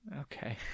Okay